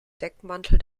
deckmantel